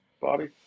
Bobby